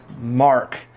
Mark